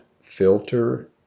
filter